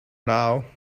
now